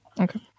Okay